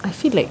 I feel like